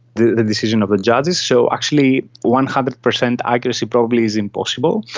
the the decision of the judges, so actually one hundred percent accuracy probably is impossible.